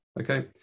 Okay